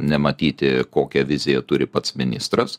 nematyti kokią viziją turi pats ministras